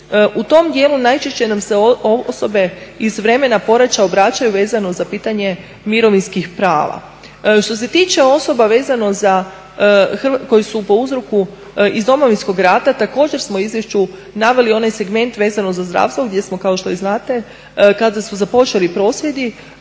U tom dijelu najčešće nam se osobe iz vremena poraća obraćaju vezano za pitanje mirovinskih prava. Što se tiče osoba vezano za, koji su po uzroku iz Domovinskog rata također smo u izvješću naveli onaj segment vezano za zdravstvo gdje smo kao što i znate kada su započeli prosvjedi,